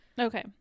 okay